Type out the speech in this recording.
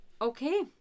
okay